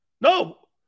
No